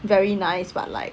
very nice but like